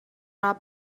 are